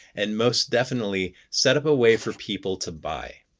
and most definitely, set up a way for people to buy.